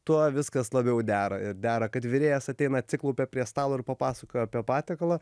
tuo viskas labiau dera ir dera kad virėjas ateina atsiklaupia prie stalo ir papasakoja apie patiekalą